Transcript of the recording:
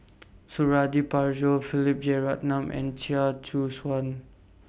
Suradi Parjo Philip Jeyaretnam and Chia Choo Suan